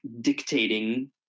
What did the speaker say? dictating